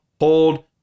hold